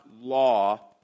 law